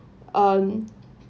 um